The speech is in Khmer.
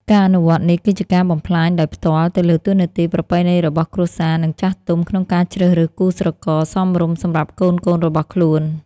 ការអនុវត្តនេះគឺជាការបំផ្លាញដោយផ្ទាល់ទៅលើតួនាទីប្រពៃណីរបស់គ្រួសារ និងចាស់ទុំក្នុងការជ្រើសរើសគូស្រករសមរម្យសម្រាប់កូនៗរបស់ខ្លួន។